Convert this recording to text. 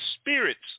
spirits